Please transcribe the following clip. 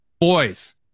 Boys